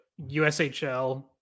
USHL